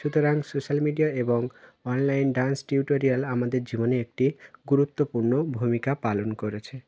সুতরাং social media এবং online dance tutorial আমাদের জীবনে একটি গুরুত্বপূর্ণ ভূমিকা পালন করেছে